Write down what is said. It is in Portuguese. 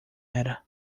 era